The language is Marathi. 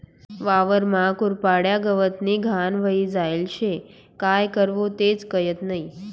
वावरमा कुरपाड्या, गवतनी घाण व्हयी जायेल शे, काय करवो तेच कयत नही?